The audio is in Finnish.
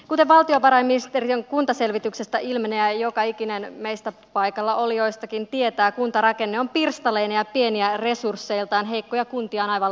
kuten valtiovarainministeriön kuntaselvityksestä ilmenee ja joka ikinen meistä paikallaolijoistakin tietää kuntarakenne on pirstaleinen ja pieniä resursseiltaan heikkoja kuntia on aivan liikaa